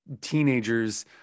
teenagers